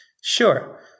Sure